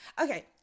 okay